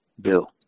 bill